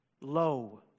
Lo